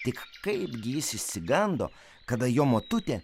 tik kaipgi jis išsigando kada jo motutė